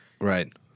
Right